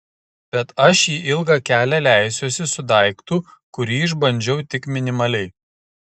bet aš į ilgą kelią leisiuosi su daiktu kurį išbandžiau tik minimaliai